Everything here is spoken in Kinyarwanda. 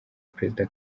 perezida